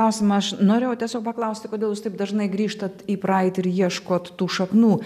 klausimą aš norėjau tiesiog paklausti kodėl jūs taip dažnai grįžt į praeitį ir ieškot tų šaknų